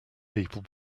people